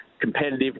competitive